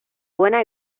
buena